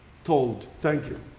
told. thank you.